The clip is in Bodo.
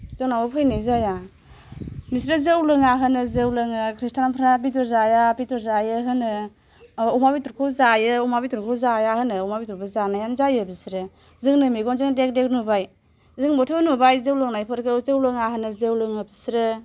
जोंनावबो फैनाय जाया बिसोरो जौ लोङा होनो जौ लोङो खृष्टानफ्रा बेदर जाया बेदर जायो होनो अमा बेदरखौ जायो अमा बेदरखौ जाया होनो अमा बेदरखौ जानायानो जायो बिसोरो जोंनो मेगनजों देग देग नुबाय जोंबोथ' नुबाय जौ लोंनायफोरखौ जौ लोङा होनो जौ लोङो बिसोरो